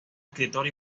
escritor